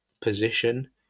position